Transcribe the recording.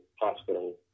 hospital